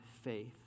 faith